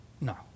No